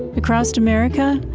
across america,